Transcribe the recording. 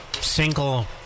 single